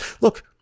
Look